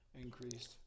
increased